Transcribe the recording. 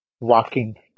walking